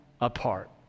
apart